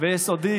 ויסודי